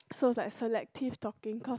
so like selective talking cause